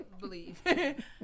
believe